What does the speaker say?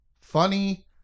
funny